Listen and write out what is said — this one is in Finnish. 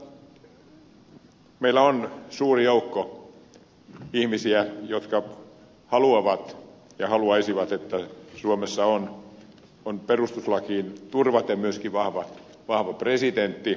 mutta meillä on suuri joukko ihmisiä jotka haluavat ja haluaisivat että suomessa on perustuslakiin turvaten myöskin vahva presidentti